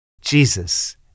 Jesus